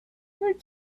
third